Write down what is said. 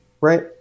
right